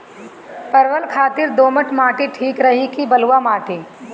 परवल खातिर दोमट माटी ठीक रही कि बलुआ माटी?